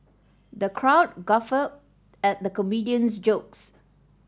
the crowd guffawed at the comedian's jokes